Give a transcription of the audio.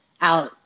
out